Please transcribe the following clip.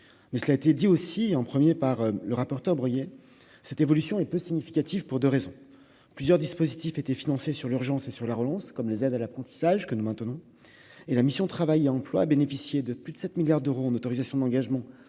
mais cela a été dit aussi en 1er par le rapporteur, cette évolution est peu significatif pour 2 raisons : plusieurs dispositifs étaient financés sur l'urgence et sur la relance, comme les aides à l'apprentissage que nous maintenons et la mission Travail et emploi à bénéficier de plus de 7 milliards d'euros en autorisations d'engagement